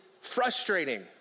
frustrating